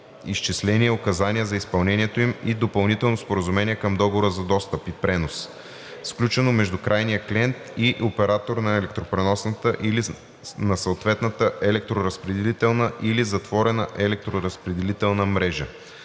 изчисления и указания за изпълнението им и допълнително споразумение към договора за достъп и пренос, сключено между крайния клиент и оператор на електропреносната или на съответната електроразпределителна или затворена електроразпределителна мрежа.“